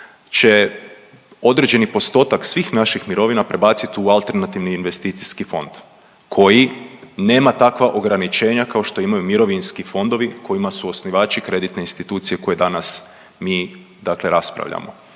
će određeni postotak svih naših mirovina prebaciti u alternativni investicijski fond koji nema takva ograničenja kao što imaju mirovinski fondovi kojima su osnivači kreditne institucije koje danas mi dakle raspravljamo,